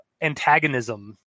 antagonism